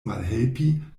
malhelpi